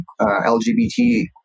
LGBT